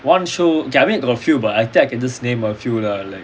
one show K I mean got a few but I think I can just name a few lah like